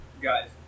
guys